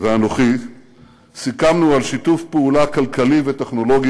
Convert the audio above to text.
ואנוכי סיכמנו על שיתוף פעולה כלכלי וטכנולוגי